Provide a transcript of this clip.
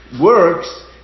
works